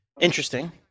Interesting